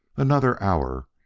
another hour,